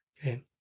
okay